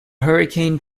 hurricane